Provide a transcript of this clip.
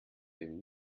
dem